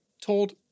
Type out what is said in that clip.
told